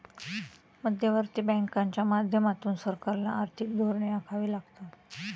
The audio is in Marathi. मध्यवर्ती बँकांच्या माध्यमातून सरकारला आर्थिक धोरणे आखावी लागतात